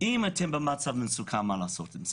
אתם במצב מסוכן.